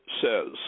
says